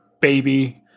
baby